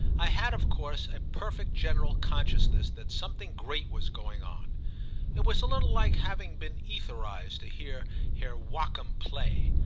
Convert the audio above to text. i had of course a perfect general consciousness that something great was going on it was a little like having been etherised to hear herr joachim play.